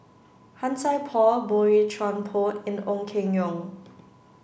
Han Sai Por Boey Chuan Poh and Ong Keng Yong